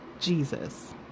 Jesus